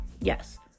yes